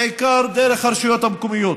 בעיקר דרך הרשויות המקומיות.